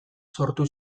sortu